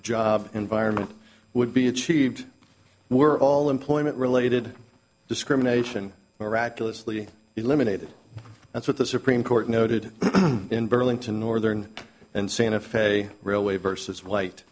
job environment would be achieved were all employment related discrimination miraculously eliminated that's what the supreme court noted in burlington northern and santa fe railway versus white